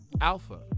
Alpha